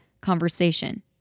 conversation